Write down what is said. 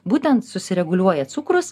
būtent susireguliuoja cukrus